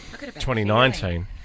2019